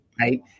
Right